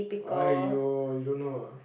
aiyo you don't know ah